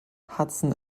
hudson